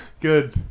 Good